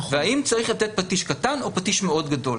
והאם צריך לתת פטיש קטן או פטיש מאוד גדול.